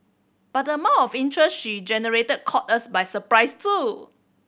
but the amount of interest she generated caught us by surprise too